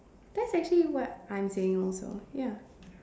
that's actually what I'm saying also ya